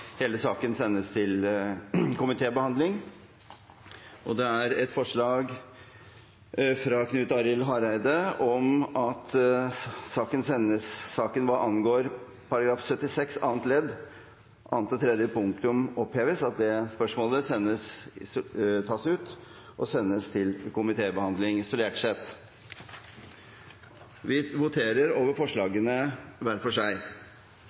hele saken sendes til komitébehandling et forslag fra Knut Arild Hareide om at punktet «§ 76 annet ledd annet og tredje punktum oppheves» tas ut og sendes til komitébehandling isolert sett. Det voteres alternativt mellom presidentens forslag om at saken tas opp til behandling straks, og